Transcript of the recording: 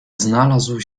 znalazł